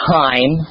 time